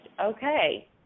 okay